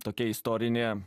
tokia istorinė